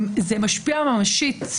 זה משפיע ממשית.